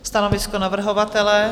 Stanovisko navrhovatele?